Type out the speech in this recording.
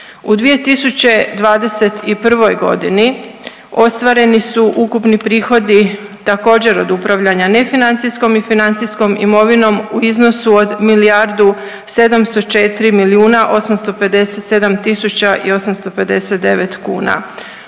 U 2021.g. ostvareni su ukupni prihodi također od upravljanja nefinancijskom i financijskom imovinom u iznosu od milijardu